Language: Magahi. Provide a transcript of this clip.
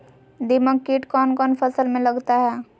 दीमक किट कौन कौन फसल में लगता है?